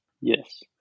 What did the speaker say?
Yes